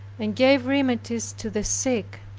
and gave remedies to the sick.